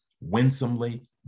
winsomely